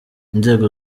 inzego